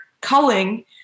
culling